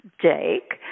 Jake